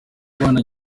kubana